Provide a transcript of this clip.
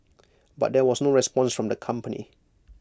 but there was no response from the company